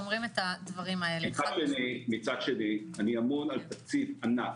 אני אמון על תקציב ענק,